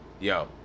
yo